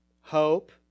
hope